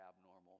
abnormal